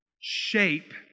shape